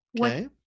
Okay